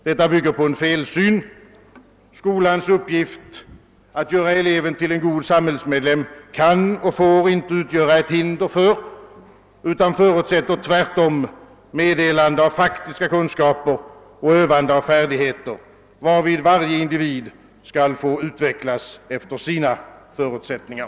Detta bygger på en felsyn. Skolans uppgift att göra eleven till en god samhällsmedlem kan och får inte utgöra ett hinder för utan förutsätter tvärtom meddelande av faktiska kunskaper och övande av färdigheter, varvid varje individ skall få utvecklas efter sina förutsättningar.»